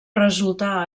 resultar